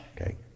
Okay